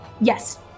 Yes